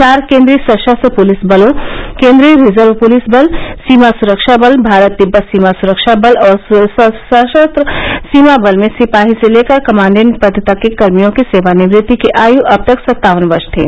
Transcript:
चार केन्द्रीय सशस्त्र पुलिस बलों केन्द्रीय रिजर्व पुलिस बल सीमा सुरक्षा बल भारत तिब्बत सीमा सुरक्षा बल और सशस्त्र सीमा बल में सिपाही से तेकर कमांडेट पर तक के कर्मियों की सेवानिवृत्ति की आयु अब तक सत्तावन वर्ष थी